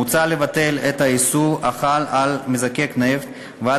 מוצע לבטל את האיסור החל על מזקק נפט ועל